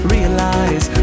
Realize